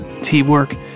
teamwork